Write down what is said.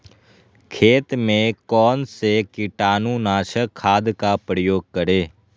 खेत में कौन से कीटाणु नाशक खाद का प्रयोग करें?